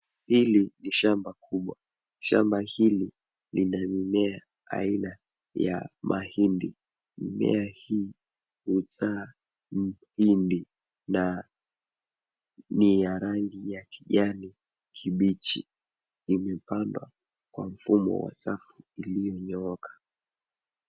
Hili ni shamba kubwa. Shamba hili lina mimea aina ya mahindi. Mimea hii huzaa mhindi na ni ya rangi ya kijani kibichi. Imepandwa kwa mfumo wa safu ulionyooka.